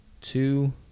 two